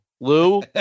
Lou